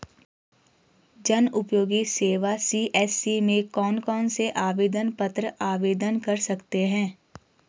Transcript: जनउपयोगी सेवा सी.एस.सी में कौन कौनसे आवेदन पत्र आवेदन कर सकते हैं?